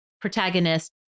protagonist